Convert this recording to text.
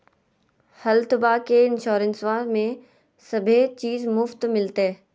हेल्थबा के इंसोरेंसबा में सभे चीज मुफ्त मिलते?